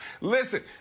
Listen